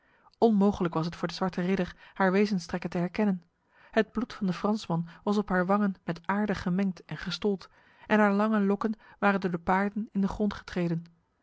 onmogelijk was het voor de zwarte ridder haar wezenstrekken te herkennen het bloed van de fransman was op haar wangen met aarde gemengd en gestold en haar lange lokken waren door de paarden in de grond getreden